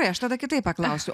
tai aš tada kitaip paklausiu